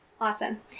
Awesome